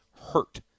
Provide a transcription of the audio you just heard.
hurt